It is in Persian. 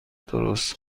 درست